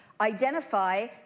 identify